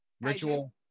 ritual